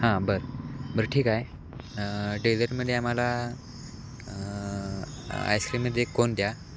हां बरं बरं ठीक आहे डेजर्टमध्ये आम्हाला आईस्क्रीममध्ये कोन द्या